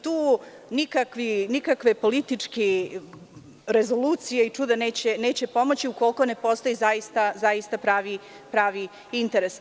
Tu nikakve političke rezolucije i čuda neće pomoći ukoliko ne postoji zaista pravi interes.